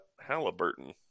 Halliburton